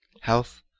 Health